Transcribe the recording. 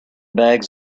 bags